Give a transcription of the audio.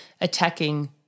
attacking